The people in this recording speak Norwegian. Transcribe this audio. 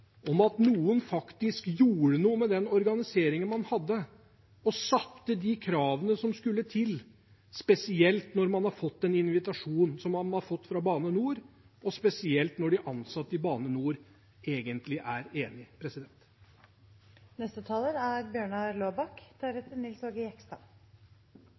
om noen faktisk gjorde noe med den organiseringen man hadde, og stilte de kravene som skulle til, spesielt når man har fått en invitasjon som den man har fått fra Bane NOR, og spesielt når de ansatte i Bane NOR egentlig er enige. Det å ha en situasjonsrapport for jernbanen er